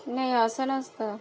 नाही असं नसतं